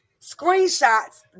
Screenshots